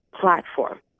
platform